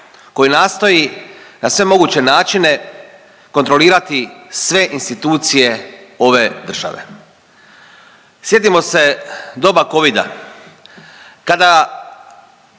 koji nastoji na sve moguće načine kontrolirati sve institucije ove države. Sjetimo se doba Covida kada